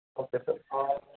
okay sir